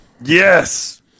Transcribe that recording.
Yes